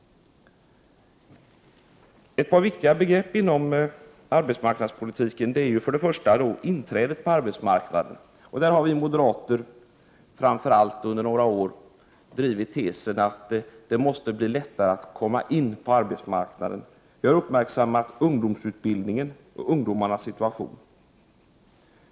Ett viktigt begrepp inom arbetsmarknadspolitiken är inträdet på arbetsmarknaden. Där har vi moderater under några år framför allt drivit tesen att det måste bli lättare att komma in på arbetsmarknaden. Vi har uppmärksammat ungdomsutbildningen och ungdomarnas situation.